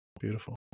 Beautiful